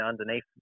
underneath